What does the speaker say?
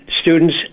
students